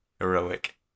Heroic